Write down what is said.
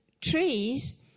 trees